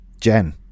Jen